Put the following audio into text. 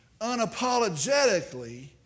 unapologetically